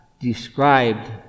described